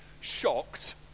shocked